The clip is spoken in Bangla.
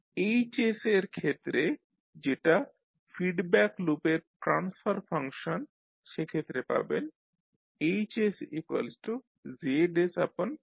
H এর ক্ষেত্রে যেটা ফিডব্যাক লুপের ট্রান্সফার ফাংশন সেক্ষেত্রে পাবেন HZY